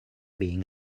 being